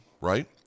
right